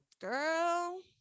Girl